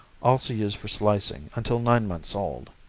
also used for slicing until nine months old.